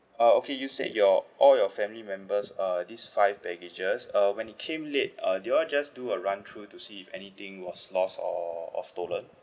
uh okay you said your all your family members uh these five baggages uh when it came late uh did you all just do a run through to see if anything was lost or or stolen